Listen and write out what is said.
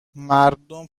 مردم